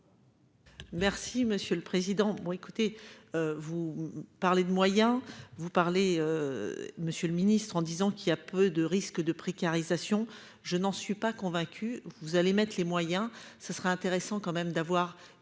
Merci, monsieur le Président bon écoutez. Vous parler de moyens vous parlez. Monsieur le ministre, en disant qu'il y a peu de risque de précarisation, je n'en suis pas convaincu. Vous allez mettre les moyens. Ce serait intéressant quand même d'avoir.